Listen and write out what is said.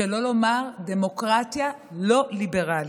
שלא לומר דמוקרטיה לא ליברלית.